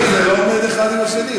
זה לא עובד האחד עם השני.